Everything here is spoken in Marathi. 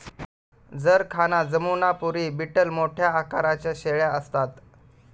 जरखाना जमुनापरी बीटल मोठ्या आकाराच्या शेळ्या असतात